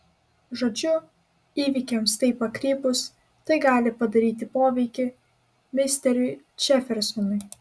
žodžiu įvykiams taip pakrypus tai gali padaryti poveikį misteriui džefersonui